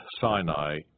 Sinai